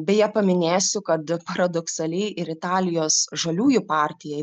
beje paminėsiu kad paradoksaliai ir italijos žaliųjų partijai